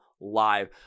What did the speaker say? Live